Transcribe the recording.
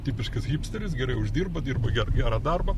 tipiškas hipsteris gerai uždirba dirba ger gerą darbą